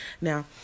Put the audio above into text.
Now